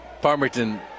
Farmington